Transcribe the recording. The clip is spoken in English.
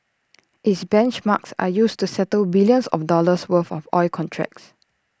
its benchmarks are used to settle billions of dollars worth of oil contracts